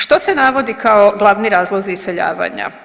Što se navodi kao glavni razlozi iseljavanja?